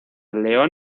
león